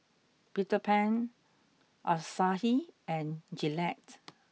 Peter Pan Asahi and Gillette